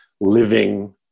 living